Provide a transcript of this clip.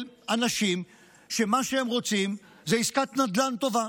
אנשים שמה שהם רוצים זה עסקת נדל"ן טובה,